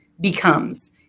becomes